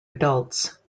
adults